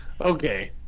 okay